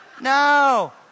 No